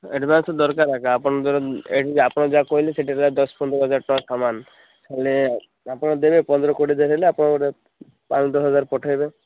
advance ଦରକାରଆକା ଆପଣ ଆପଣ ଯାହା କହିଲେ ସେଇଟା ହେଲା ଦଶ ପନ୍ଦର ହଜାର ଟଙ୍କା ସମାନ୍ ହେଲେ ଆପଣ ଦେବେ ପନ୍ଦର କୋଡ଼ିଏ ହେଲେ ଆପଣ ଗୋଟେ ପାଞ୍ଚ ଦଶ ହଜାର ପଠାଇବେ